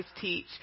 teach